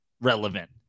relevant